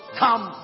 come